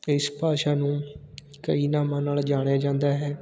ਇਸ ਭਾਸ਼ਾ ਨੂੰ ਕਈ ਨਾਵਾਂ ਨਾਲ ਜਾਣਿਆ ਜਾਂਦਾ ਹੈ